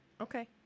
Okay